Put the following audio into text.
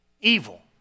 Evil